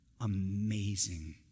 Amazing